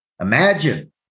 Imagine